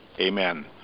Amen